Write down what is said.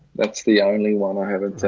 that's the only one i haven't,